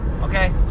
Okay